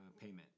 payment